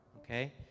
Okay